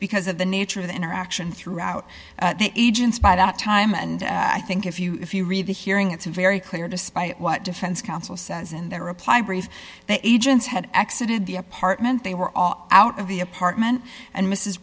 because of the nature of the interaction throughout the agents by that time and i think if you if you read the hearing it's very clear despite what defense counsel says in their reply brief the agents had an accident the apartment they were all out of the apartment and mrs